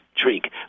drink